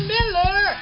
Miller